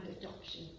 adoption